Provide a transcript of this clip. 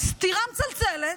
סטירה מצלצלת,